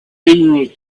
emerald